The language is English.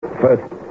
first